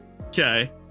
Okay